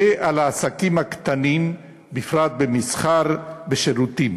ובעסקים הקטנים, בפרט במסחר, בשירותים.